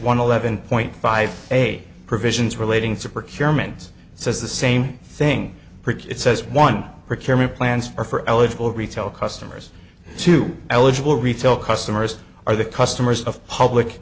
one eleven point five eight provisions relating to procure men's says the same thing it says one procurement plans are for eligible retail customers to eligible retail customers are the customers of public